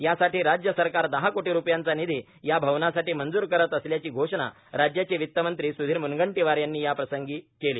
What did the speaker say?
यासाठी राज्य सरकार दहा कोटी सूपयाचा निषी या भवनासाठी मंजूर करत असल्याची घोषणा राज्याचे वित्तमंत्री सुधीर मुनगंटीवार यांनी याप्रसंगी केली